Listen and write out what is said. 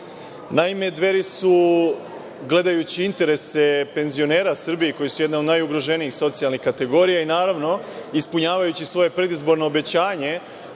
svima. Naime, Dveri su, gledajući interese penzionera Srbije, koji su jedna od najugroženijih socijalnih kategorija i, naravno, ispunjavajući svoje predizborno obećanje